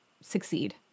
succeed